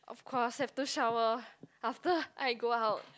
of course have to shower after I go out